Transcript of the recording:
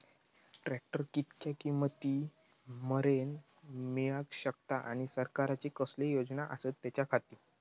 Tractor कितक्या किमती मरेन मेळाक शकता आनी सरकारचे कसले योजना आसत त्याच्याखाती?